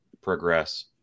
progress